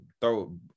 throw